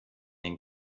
den